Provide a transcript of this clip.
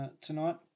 tonight